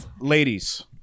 ladies